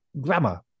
grammar